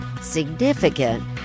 Significant